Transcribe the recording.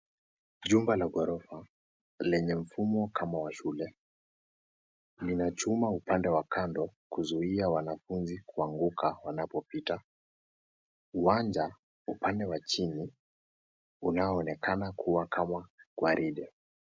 Jumba la gorofa lenye mfumo kama wa shule, lina chuma upande wa kando kuzuia wanafunzi kuanguka wanapopita, uwanja upande wa chini unaoonekana kuwa gwaride.